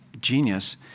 genius